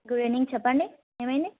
good evening చెప్పండి ఏమైంది